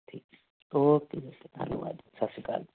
ਠੀਕ ਓਕੇ ਜੀ ਧੰਨਵਾਦ ਸਤਿ ਸ਼੍ਰੀ ਅਕਾਲ